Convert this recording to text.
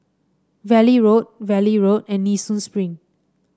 Valley Road Valley Road and Nee Soon Spring